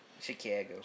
Chicago